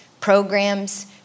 programs